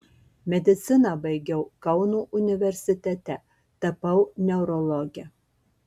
mediciną baigiau kauno universitete tapau neurologe